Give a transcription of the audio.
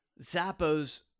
Zappos